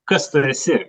kas tu esi